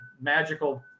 magical